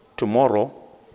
Tomorrow